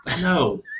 No